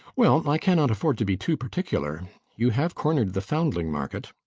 well, i cannot afford to be too particular you have cornered the foundling market.